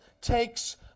takes